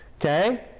okay